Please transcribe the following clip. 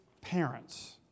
parents